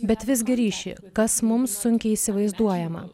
bet visgi ryšį kas mums sunkiai įsivaizduojama